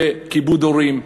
בכיבוד הורים,